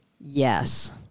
yes